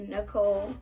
Nicole